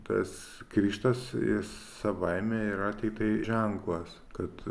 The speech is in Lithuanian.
tas krikštas jis savaime yra tiktai ženklas kad